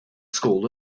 school